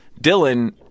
Dylan